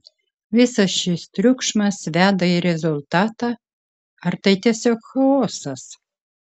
visas šis triukšmas veda į rezultatą ar tai tiesiog chaosas